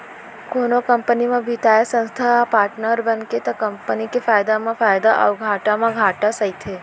कोनो कंपनी म बित्तीय संस्था ह पाटनर बनगे त कंपनी के फायदा म फायदा अउ घाटा म घाटा सहिथे